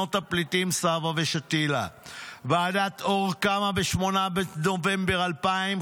במחנות הפליטים סברה ושתילה --- ועדת אור קמה ב-8 בנובמבר 2000,